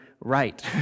right